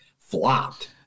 flopped